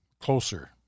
closer